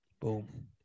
Boom